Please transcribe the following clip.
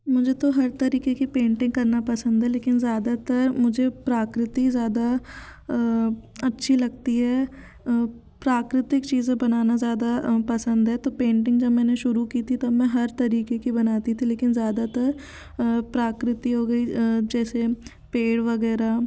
मुझे तो हर तरीक़े की पेंटिंग करना पसंद है लेकिन ज़्यादातर मुझे प्राकृतिक ज़्यादा अच्छी लगती है प्राकृतिक चीज़े बनाना ज़्यादा पसंद है तो पेंटिंग जब मैंने शुरू की थी तब मैं हर तरीक़े की बनाती थी लेकिन ज़्यादातर प्राकृति हो गई जैसे पेड़ वग़ैरह